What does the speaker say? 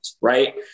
Right